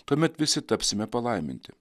tuomet visi tapsime palaiminti